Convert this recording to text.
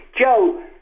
Joe